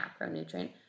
macronutrient